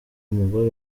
umugore